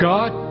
God